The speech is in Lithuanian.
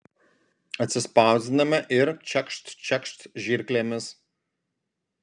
atsispausdiname ir čekšt čekšt žirklėmis